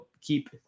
keep